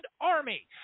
Army